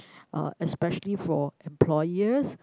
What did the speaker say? uh especially for employers